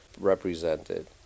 represented